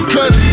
Cause